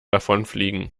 davonfliegen